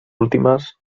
últimas